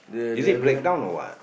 is it break down or what